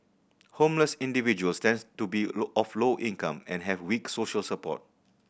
homeless individuals tends to be of low income and have weak social support